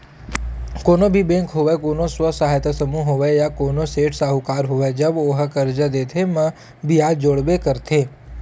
कोनो भी बेंक होवय कोनो स्व सहायता समूह होवय या कोनो सेठ साहूकार होवय जब ओहा करजा देथे म बियाज जोड़बे करथे